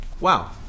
Wow